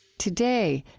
today,